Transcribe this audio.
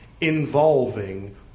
involving